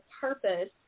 purpose